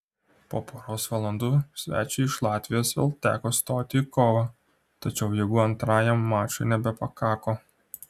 po poros valandų svečiui iš latvijos vėl teko stoti į kovą tačiau jėgų antrajam mačui nebepakako